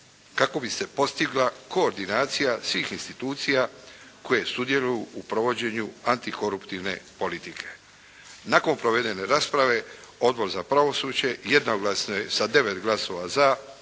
kako bi se postigla koordinacija svih institucija koje sudjeluju u provođenju antikoruptivne politike. Nakon provedene rasprave Odbor za pravosuđe jednoglasno je sa 9 glasova za